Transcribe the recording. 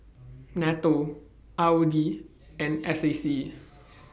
NATO R O D and S A C